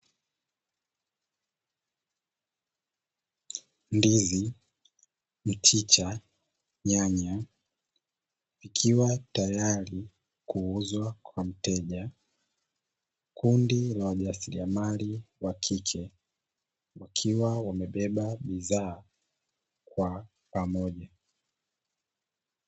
Ndizi, mchicha, nyanya ikiwa tayari kuuzwa kwa mteja, kundi la wajasiriamali wa kike wakiwa wamebeba bidhaa kwa pamoja.